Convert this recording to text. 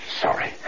Sorry